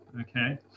okay